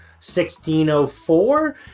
1604